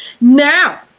Now